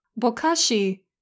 Bokashi